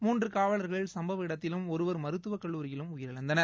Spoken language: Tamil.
மூன்று காவலர்கள் சம்பவ இடத்திலும் ஒருவர் மருத்துவ கல்லூரியிலும் உயிரிழந்தனர்